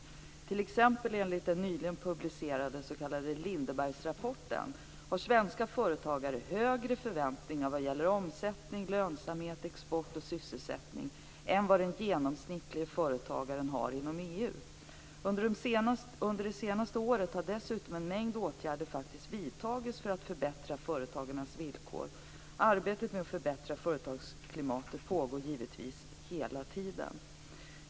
Enligt t.ex. den nyligen publicerade Lindebergs Grant Thornton-rapporten för 1999 har svenska företagare högre förväntningar vad gäller omsättning, lönsamhet, export och sysselsättning än vad den genomsnittliga företagaren inom EU har. Under det senaste året har dessutom en mängd åtgärder vidtagits för att förbättra företagarnas villkor. Arbetet med att förbättra företagsklimatet pågår givetvis kontinuerligt.